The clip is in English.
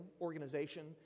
organization